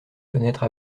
fenêtre